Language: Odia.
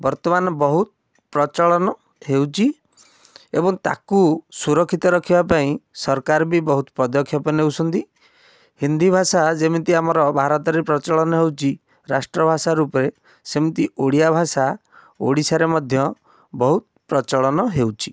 ବର୍ତ୍ତମାନ ବହୁତ ପ୍ରଚଳନ ହେଉଛି ଏବଂ ତାକୁ ସୁରକ୍ଷିତ ରଖିବା ପାଇଁ ସରକାର ବି ବହୁତ ପଦକ୍ଷେପ ନେଉସନ୍ତି ହିନ୍ଦୀ ଭାଷା ଯେମିତି ଆମର ଭାରତରେ ପ୍ରଚଳନ ହେଉଛି ରାଷ୍ଟ୍ର ଭାଷା ରୂପରେ ସେମିତି ଓଡ଼ିଆ ଭାଷା ଓଡ଼ିଶାରେ ମଧ୍ୟ ବହୁତ ପ୍ରଚଳନ ହେଉଛି